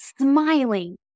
smiling